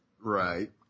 Right